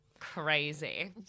Crazy